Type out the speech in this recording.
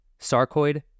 sarcoid